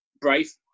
brave